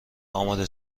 آماده